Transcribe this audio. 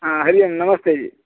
हा हरिः ओं नमस्ते जि